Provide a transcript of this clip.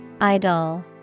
Idol